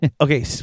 okay